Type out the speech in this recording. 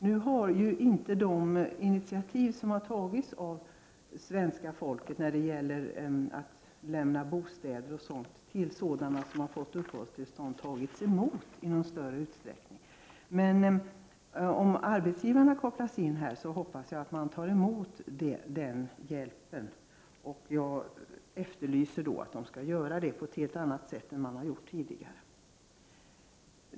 Nu har inte de initiativ som har tagits, att svenska folket lämnar bostäder till sådana som har fått uppehållstillstånd, tagits emot i någon större utsträckning, men om arbetsgivarna kopplas in här hoppas jag att det går bättre. Jag efterlyser därför att arbetsgivarna skall engagera sig bättre än de har gjort tidigare.